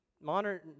modern